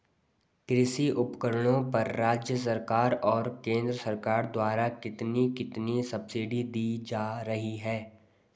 कृषि उपकरणों पर राज्य सरकार और केंद्र सरकार द्वारा कितनी कितनी सब्सिडी दी जा रही है?